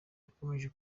yakomereje